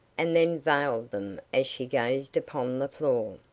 and then veiled them as she gazed upon the floor.